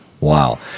Wow